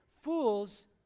Fools